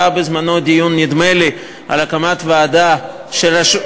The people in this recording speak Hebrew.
היה בזמנו דיון, נדמה לי, על הקמת ועדה של רשות,